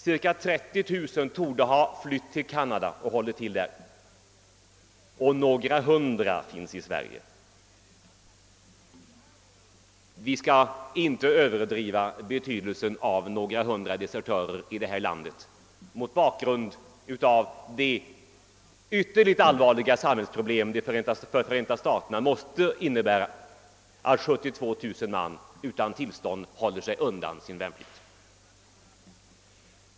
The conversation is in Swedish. Cirka 30 000 torde ha flytt till Canada och håller till där, och några hundra finns i Sverige. Vi skall — mot bakgrund av vilket ytterligt allvarligt samhällsproblem det måste innebära för Förenta staterna att 72 000 man håller sig undan sin värnplikt utan tillstånd — inte överdriva betydelsen av några hundra desertörer i vårt land.